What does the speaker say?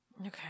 Okay